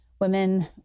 women